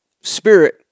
spirit